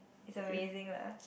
it's amazing lah